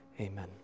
amen